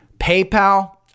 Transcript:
PayPal